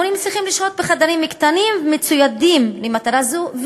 המורים צריכים לשהות בחדרים קטנים ומצוידים למטרה זו,